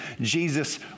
Jesus